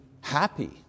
happy